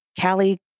Callie